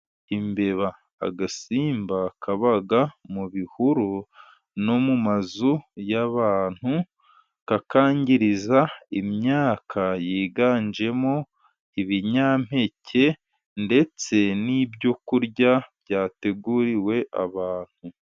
Imbeba n'agasimba kaba mu bihuru no mu mazu y'abantu, kakangiriza imyaka yiganjemo ibinyampeke, ndetse n'ibyo kurya byateguriwe abantu.